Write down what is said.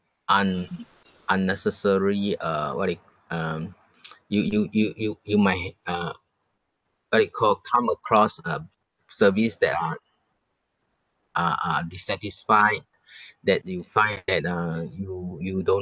un~ unnecessary uh what do you um you you you you you might uh what it called come across a service that are are are dissatisfied that you find that uh you you don't